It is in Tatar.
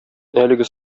әлеге